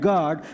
God